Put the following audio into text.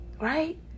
right